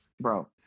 bro